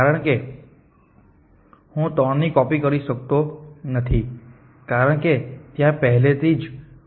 કારણ કે હું 3 ની કોપી કરી શકતો નથી કારણ કે ત્યાં પહેલેથી જ છે